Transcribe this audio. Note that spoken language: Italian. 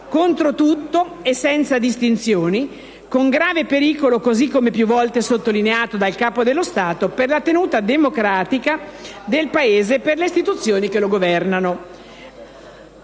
contro tutto e senza distinzioni, con grave pericolo, così come più volte sottolineato dal Capo dello Stato, per la tenuta democratica del Paese e per le istituzioni che lo governano.